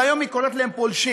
והיום היא קוראת להם פולשים.